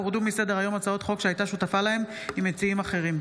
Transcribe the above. הורדו מסדר-היום הצעות חוק שהייתה שותפה להן עם מציעים אחרים.